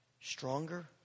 stronger